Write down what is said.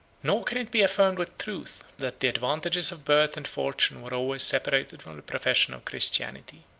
nor can it be affirmed with truth, that the advantages of birth and fortune were always separated from the profession of christianity.